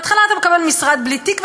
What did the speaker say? בהתחלה אתה מקבל משרד בלי תיק,